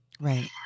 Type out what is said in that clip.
Right